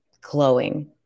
glowing